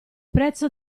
prezzo